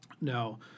Now